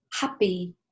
happy